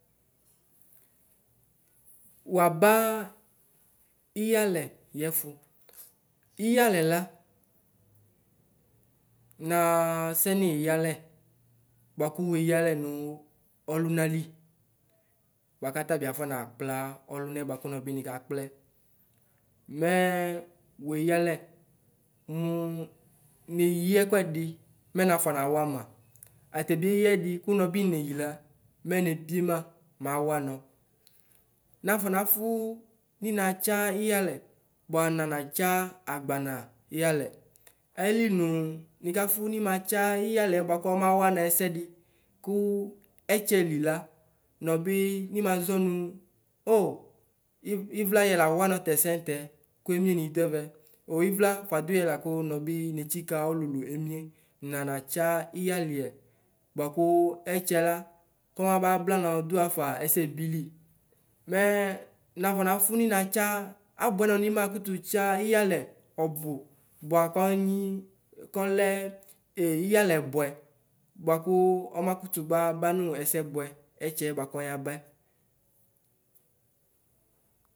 Waba ɩyalɛ yɛfu la nasɛnu ɩyalɛ buaku weyalɛ nu ɔlunali buaku atani bi akɔ nakpla ɔlunɛ buaku nɔbi nakplɛ mɛ weyi alɛ mu neyi ɛkɛdɩ mɛ nafɔ nawana atabiyi ɛdi kunɔbi enyila mɛ nebi namɛ awanɔ nafɔ nafʋ ninatsa iyalɛ bua nanatsa agbana iyalɛ. Ayili nu nikafu niŋatsa iyalɛ buaku ɔmawanɔ ɛsɛdi ku ɛtsɛlɩ la nɔbi nimazɔ nʋ oivla yɛla wanɔ tɛsɛ mutɛ ku emie nidu ɛvɛ o ivla fuadʋyɛ laku nɔbɩ netsɩka ɔlulu emie ninatsa iyalɛ buaku ɛtsɛla kɔbaba blanɔdu xafa ɛsɛbili mɛ nafɔ nafʋ ninatsa abʋɛno nu nimakutʋ tsa iyalɛ ɔbʋ bua kɔnyi kɔlɛ e iyalɛ buɛ buaku ɔma kutʋ babanʋ ɛsɛ buɛ ɛtsɛ buaku ɔyabɛ.